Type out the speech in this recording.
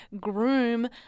Groom